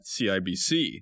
CIBC